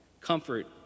Comfort